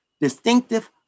distinctive